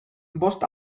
bost